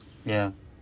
ya